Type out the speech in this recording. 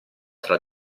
tra